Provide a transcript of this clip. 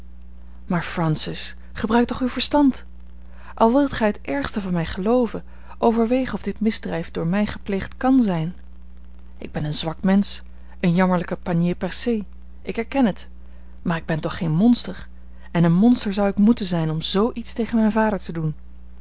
maar francis gebruik toch uw verstand al wilt gij het ergste van mij gelooven overweeg of dit misdrijf door mij gepleegd kàn zijn ik ben een zwak mensch een jammerlijke panier percé ik erken het maar ik ben toch geen monster en een monster zou ik moeten zijn om zoo iets tegen mijn vader te doen